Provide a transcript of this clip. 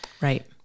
right